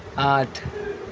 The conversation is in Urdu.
آٹھ